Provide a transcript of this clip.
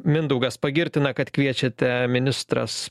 mindaugas pagirtina kad kviečiate ministras